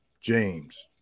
James